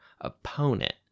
opponent